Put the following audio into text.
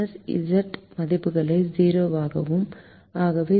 Z மதிப்புகளை 0 ஆகவும் அவை சி